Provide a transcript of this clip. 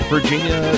Virginia